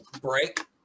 break